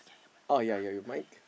oh ya ya you might